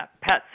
pets